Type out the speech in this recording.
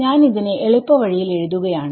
ഞാനിതിനെ എളുപ്പവഴിയിൽ എഴുതുകയാണ്